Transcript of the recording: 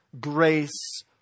grace